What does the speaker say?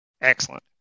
Excellent